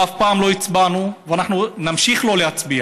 אף פעם לא הצבענו, ואנחנו נמשיך לא להצביע.